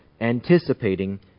anticipating